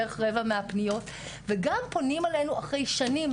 בערך רבע מהפניות וגם פונים אלינו אחרי שנים,